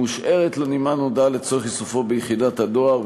מושארת לנמען הודעה לצורך איסופו ביחידת הדואר,